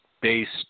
based